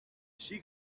she